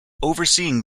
overseeing